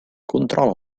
controla